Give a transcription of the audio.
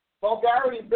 Vulgarity